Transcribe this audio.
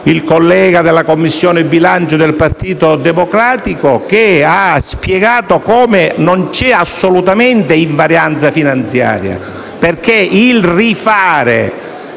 il collega della Commissione bilancio del Partito Democratico, che ha spiegato come non c'è assolutamente invarianza finanziaria, perché rifare